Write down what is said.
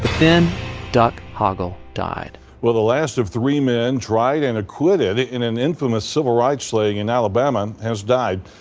then duck hoggle died well, the last of three men tried and acquitted in an infamous civil rights slaying in alabama has died.